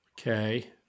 Okay